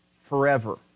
forever